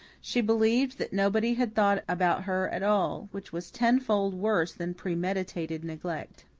she believed that nobody had thought about her at all, which was tenfold worse than premeditated neglect.